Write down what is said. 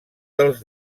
dels